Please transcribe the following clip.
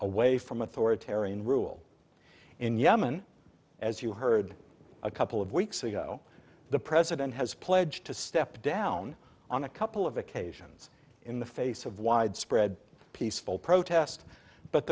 away from authoritarian rule in yemen as you heard a couple of weeks ago the president has pledged to step down on a couple of occasions in the face of widespread peaceful protest but